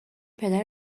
پدر